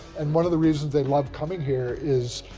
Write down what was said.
and one of the reasons they love coming here is